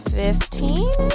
fifteen